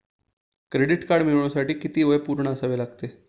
Credit card मिळवण्यासाठी किती वय पूर्ण असावे लागते?